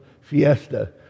Fiesta